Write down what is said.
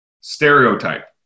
stereotype